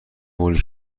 موری